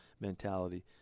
mentality